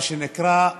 מה שנקרא,